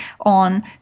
on